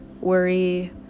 worry